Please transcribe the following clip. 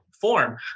form